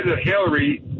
Hillary